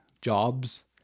jobs